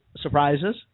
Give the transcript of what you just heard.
surprises